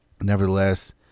Nevertheless